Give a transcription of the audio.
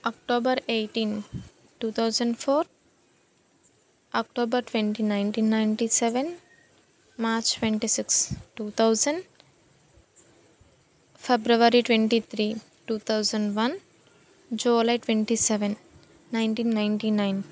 October eighteen two thousand four October twenty nineteen ninety seven March twenty six two thousand February twenty three two thousand one July twenty seven nineteen ninety nine